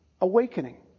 awakening